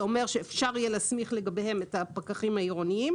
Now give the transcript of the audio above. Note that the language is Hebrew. זה אומר שאפשר יהיה להסמיך לגביהם את הפקחים העירוניים